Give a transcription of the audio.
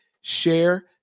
share